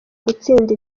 gutsinda